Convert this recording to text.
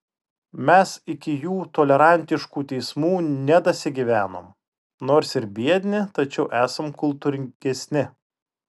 mes iki jų tolerantiškų teismų nedasigyvenom nors ir biedni tačiau esam kultūringesni